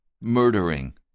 murdering